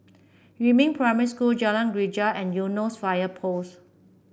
Yumin Primary School Jalan Greja and Eunos Fire Post